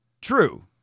True